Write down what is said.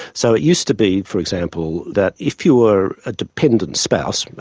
so it used to be, for example, that if you were a dependent spouse,